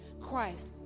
Christ